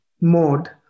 mode